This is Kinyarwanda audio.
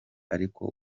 ariko